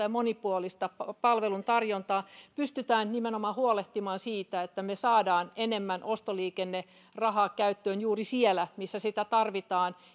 ja monipuolista palveluntarjontaa pystytään nimenomaan huolehtimaan siitä että me saamme enemmän ostoliikennerahaa käyttöön juuri siellä missä sitä tarvitaan